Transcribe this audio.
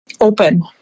open